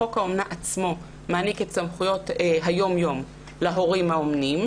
חוק האומנה עצמו מעניק את סמכויות היום-יום להורים האומנים.